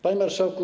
Panie Marszałku!